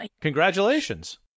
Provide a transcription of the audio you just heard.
Congratulations